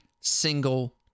single